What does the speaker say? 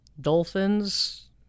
dolphins